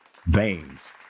Veins